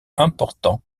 importants